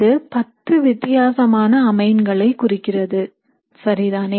இது 10 வித்தியாசமான அமைன்களை குறிக்கிறது சரிதானே